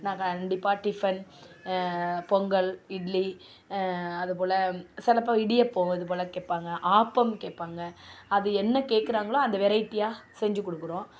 நான் கண்டிப்பாக டிஃபன் பொங்கல் இட்லி அதுபோல் சில ப இடியப்பம் இது போல் கேட்பாங்க ஆப்பம் கேட்பாங்க அது என்ன கேட்குறாங்களோ அந்த வெரைட்டியாக செஞ்சு கொடுக்குறோம்